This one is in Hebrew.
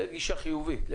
זו גישה חיובית.